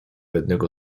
jednego